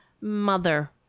mother